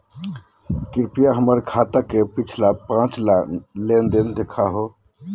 कृपया हमर खाता के पिछला पांच लेनदेन देखाहो